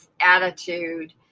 attitude